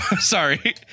sorry